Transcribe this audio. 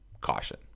caution